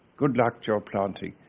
good luck to your planting.